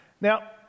now